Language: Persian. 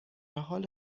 حال